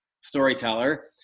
storyteller